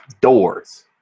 doors